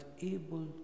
able